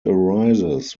arises